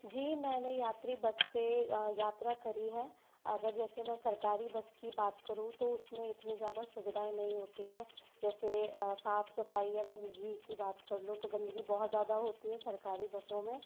जी मैंने यात्री बस से यात्रा करी है अगर जैसे मैं सरकारी बस की बात करूँ तो उसमें इतनी ज़्यादा सुविधाएँ नहीं होती हैं जैसे साफ़ सफ़ाई या गंदगी की बात कर लो तो गंदगी बहुत ज़्यादा होती है सरकारी बसों में